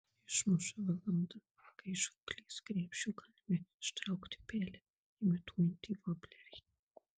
išmuša valanda kai iš žūklės krepšio galime ištraukti pelę imituojantį voblerį